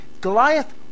Goliath